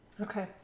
Okay